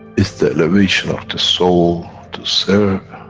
it's the elevation of the soul to serve,